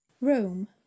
rome